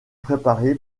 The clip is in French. préparé